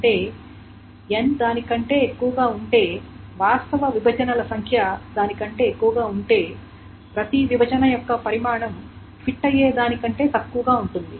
అంటే n దాని కంటే ఎక్కువ ఉంటే వాస్తవ విభజనల సంఖ్య దాని కంటే ఎక్కువగా ఉంటే ప్రతి విభజన యొక్క పరిమాణం ఫిట్ అయ్యే దానికంటే తక్కువగా ఉంటుంది